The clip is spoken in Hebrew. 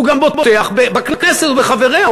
הוא גם בוטח בכנסת ובחבריה.